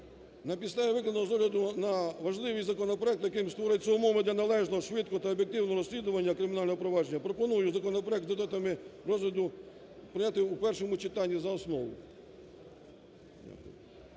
на підставі викладеного, з огляду на важливість законопроекту, яким створюються умови для належного швидкого та об'єктивного розслідування кримінального провадження пропоную законопроект за результатами розгляду прийняти у першому читанні і за основу.